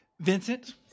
Vincent